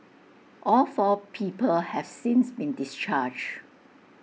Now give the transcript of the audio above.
all four people have since been discharged